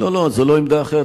לא, זו לא עמדה אחרת.